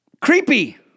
creepy